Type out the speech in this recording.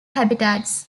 habitats